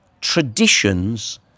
traditions